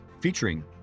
featuring